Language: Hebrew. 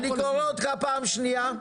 אני קורא אותך לסדר בפעם השנייה.